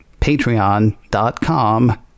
Patreon.com